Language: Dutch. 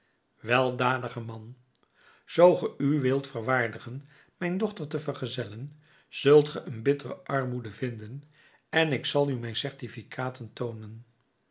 weldadig man zoo ge u wilt verwaardigen mijn dochter te vergezellen zult ge een bittere armoede vinden en ik zal u mijn certificaten toonen